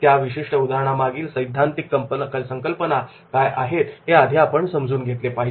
त्या विशिष्ट उदाहरणा मागील सैद्धांतिक संकल्पना काय आहेत हे आपण आधी समजून घेतले पाहिजे